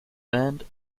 band